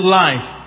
life